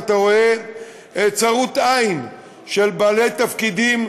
ואתה רואה צרות עין של בעלי תפקידים,